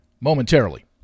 momentarily